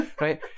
right